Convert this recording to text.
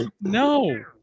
No